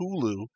Hulu